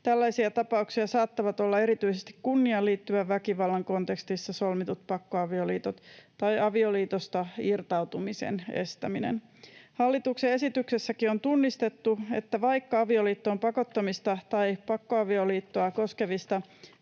Tällaisia tapauksia saattavat olla erityisesti kunniaan liittyvän väkivallan kontekstissa solmitut pakkoavioliitot tai avioliitosta irtautumisen estäminen. Hallituksen esityksessäkin on tunnistettu, että vaikka avioliittoon pakottamista tai pakkoavioliittoa koskevista